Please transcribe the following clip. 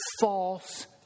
false